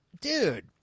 dude